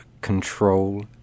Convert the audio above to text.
control